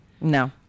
No